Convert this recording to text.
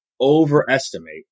overestimate